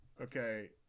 Okay